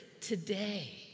today